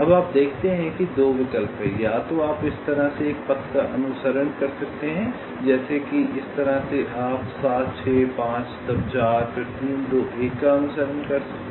अब आप देखते हैं कि 2 विकल्प हैं या तो आप इस तरह से एक पथ का अनुसरण कर सकते हैं जैसे कि इस तरह से या आप 7 6 5 तब 4 फिर 3 2 1 का अनुसरण कर सकते हैं